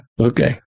Okay